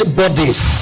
bodies